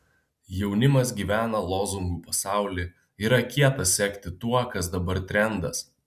jaunimas gyvena lozungų pasauly yra kieta sekti tuo kas dabar trendas